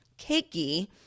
cakey